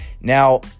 Now